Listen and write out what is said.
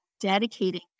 dedicating